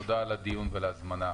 תודה על הדיון ועל ההזמנה.